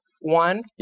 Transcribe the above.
One